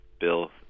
bill